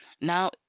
Now